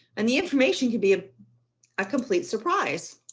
and the information can be a ah complete surprise.